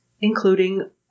including